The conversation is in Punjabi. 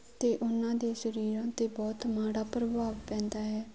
ਅਤੇ ਉਹਨਾਂ ਦੇ ਸਰੀਰਾਂ 'ਤੇ ਬਹੁਤ ਮਾੜਾ ਪ੍ਰਭਾਵ ਪੈਂਦਾ ਹੈ